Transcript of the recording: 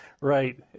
right